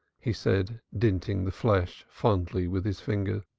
he said, dinting the flesh fondly with his finger,